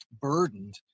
burdened